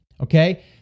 Okay